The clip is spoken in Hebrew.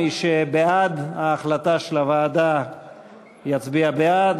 מי שבעד ההחלטה של הוועדה יצביע בעד,